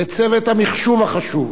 לצוות המחשוב החשוב,